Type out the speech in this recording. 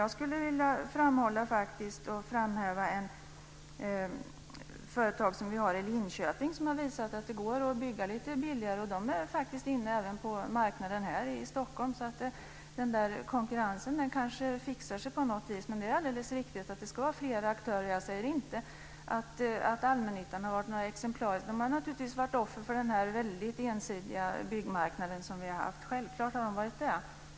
Jag skulle vilja framhålla ett företag i Linköping som har visat att det går att bygga lite billigare. Detta företag är faktiskt inne även på marknaden här i Stockholm. Så det kanske fixar sig med konkurrensen på något vis. Men det är alldeles riktigt att det ska vara flera aktörer. Jag säger inte att allmännyttan har varit exemplarisk. Allmännyttan har naturligtvis varit offer för den här väldigt ensidiga byggmarknad som vi har haft. Självklart har den det.